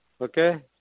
Okay